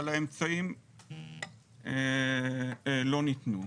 אבל האמצעים לא ניתנו.